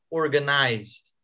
organized